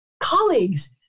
colleagues